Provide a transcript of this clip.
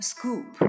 Scoop